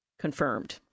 confirmed